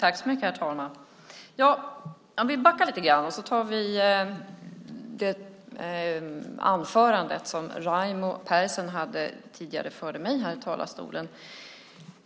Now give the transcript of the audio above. Herr talman! Vi backar lite till det anförande som Raimo Pärssinen höll före mig här i talarstolen.